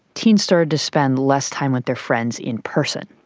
teens started to spend less time with their friends in person.